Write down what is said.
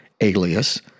alias